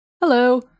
Hello